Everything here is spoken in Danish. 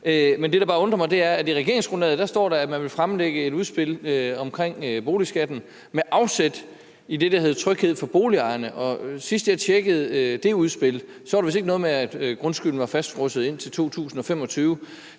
anden måde være velkommen til – at der står i regeringsgrundlaget, at man vil fremlægge et udspil om boligskatten med afsæt i det, der hedder »Tryghed for boligejerne«. For sidst jeg tjekkede det udspil, var der ikke noget med om, at grundskylden skulle fastfryses indtil 2025.